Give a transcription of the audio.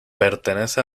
pertenece